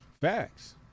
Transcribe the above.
facts